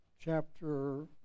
chapter